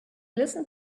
listened